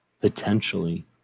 Potentially